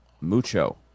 mucho